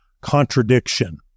contradiction